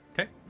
Okay